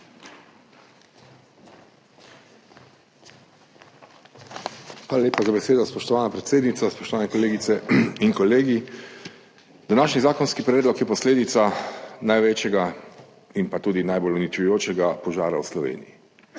Hvala lepa za besedo, spoštovana predsednica. Spoštovane kolegice in kolegi! Današnji zakonski predlog je posledica največjega in tudi najbolj uničujočega požara v Sloveniji.